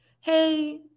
hey